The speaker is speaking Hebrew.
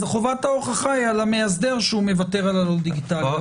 חובת ההוכחה היא על המאסדר שמוותר על הלא דיגיטלי.